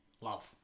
love